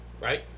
right